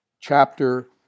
chapter